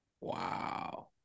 Wow